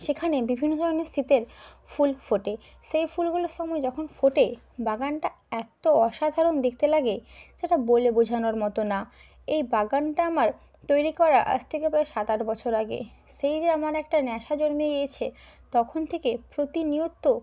সেখানে বিভিন্ন ধরনের শীতের ফুল ফোটে সেই ফুলগুলোর সময় যখন ফোটে বাগানটা এতো অসাধারণ দেখতে লাগে যেটা বলে বোঝানোর মতো না এই বাগানটা আমার তৈরি করা আজ থেকে প্রায় সাত আট বছর আগে সেই যে আমার একটা নেশা জন্মে গিয়েছে তখন থেকে প্রতিনিয়ত